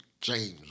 James